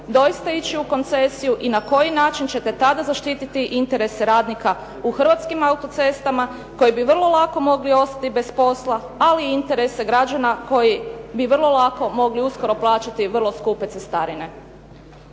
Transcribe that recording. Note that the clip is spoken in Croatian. doista ići u koncesiju i na koji način ćete tada zaštititi radnika u Hrvatskim autocestama koji bi vrlo lako mogli ostati bez posla ali i interese građana koji bi vrlo lako mogli uskoro plaćati vrlo skupe cestarine.